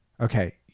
okay